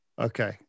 Okay